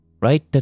Right